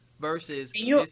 versus